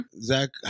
Zach